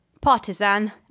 partisan